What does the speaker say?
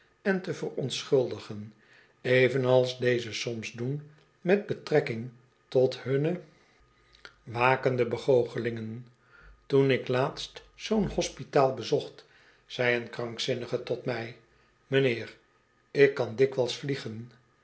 en te verontschuldigen evenals dezen soms doen met betrekking tot hunne wakende begoochelingen toen ik laatst zoo'n hospitaal bezocht zei een krankzinnige tot mij m'nheer ik kan dikwijls vliegen